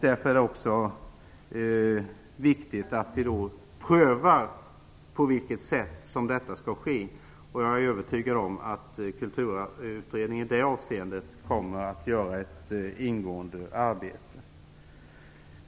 Därför är det också viktigt att vi prövar på vilket sätt detta kan ske. Jag är övertygad om att Kulturutredningen i det avseendet kommer att utföra ett ingående arbete.